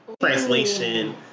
translation